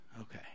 okay